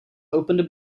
opened